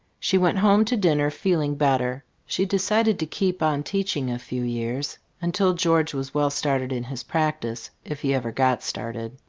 she went home to dinner feeling better. she decided to keep on teaching a few years until george was well started in his practice if he ever got started.